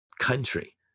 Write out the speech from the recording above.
country